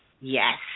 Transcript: Yes